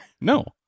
No